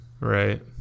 right